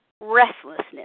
restlessness